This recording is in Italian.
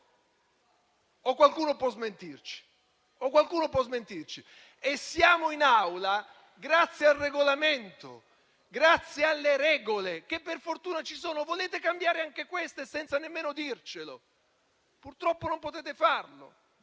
O qualcuno può smentirci? E siamo in Aula grazie al Regolamento e alle regole che, per fortuna, ci sono. Volete cambiare anche queste senza nemmeno dircelo? Purtroppo non potete farlo.